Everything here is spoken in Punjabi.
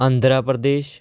ਆਂਧਰਾ ਪ੍ਰਦੇਸ਼